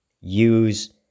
use